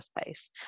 space